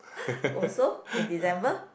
also in December